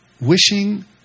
wishing